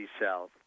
South